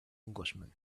englishman